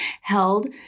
held